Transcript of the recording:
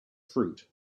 fruit